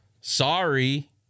sorry